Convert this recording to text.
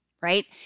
right